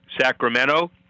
Sacramento